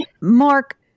Mark